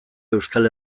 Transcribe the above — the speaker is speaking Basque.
euskal